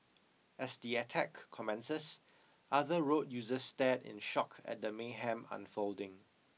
as the attack commences other road users stared in shock at the mayhem unfolding